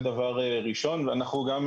אני רוצה להבין את